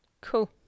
cool